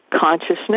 consciousness